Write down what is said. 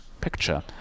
picture